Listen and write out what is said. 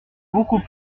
beaucoup